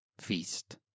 feast